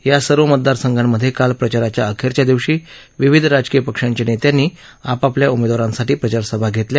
या सर्व मतदारसंघांमधे काल प्रचाराच्या अखेरच्या दिवशी विविध राजकीय पक्षांच्या नेत्यांनी आपापल्या उमेदवारांसाठी प्रचारसभा घेतल्या